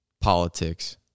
politics